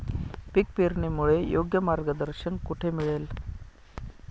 पीक पेरणीपूर्व योग्य मार्गदर्शन कुठे मिळेल?